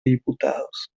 diputados